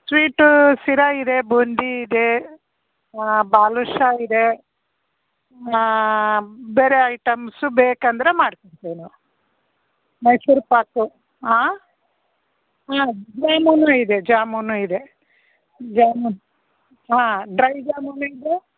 ಸ್ವೀಟೂ ಶಿರಾ ಇದೆ ಬೂಂದಿ ಇದೆ ಬಾದುಷಾ ಇದೆ ಬೇರೆ ಐಟಮ್ಸ್ ಬೇಕು ಅಂದರೆ ಮಾಡ್ತೀನಿ ಮೈಸೂರ್ ಪಾಕು ಹಾಂ ಜಾಮೂನು ಇದೆ ಜಾಮೂನು ಇದೆ ಜಾಮೂನ್ ಹಾಂ ಡ್ರೈ ಜಾಮೂನು ಇದೆ